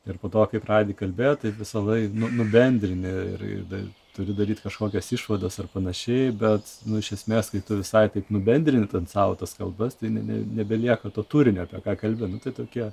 ir po to kaip radijui kalbėjau taip visą laiką nu bendrini ir ir turi daryti kažkokias išvadas ar panašiai bet nu iš esmės kai tu visai taip nubendrini ten savo tas kalbas tai ne nebelieka to turinio apie ką kalbi nu tai tokie